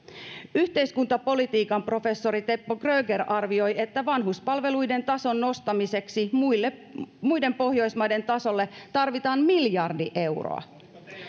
yhteiskuntapolitiikan professori teppo kröger arvioi että vanhuspalveluiden tason nostamiseksi muiden muiden pohjoismaiden tasolle tarvitaan miljardi euroa